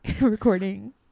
recording